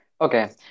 Okay